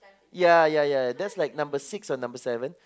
ya ya ya that's like number six or number seven